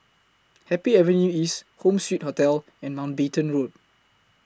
Happy Avenue East Home Suite Hotel and Mountbatten Road